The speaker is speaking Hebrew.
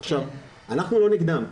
אנחנו לא נגדם.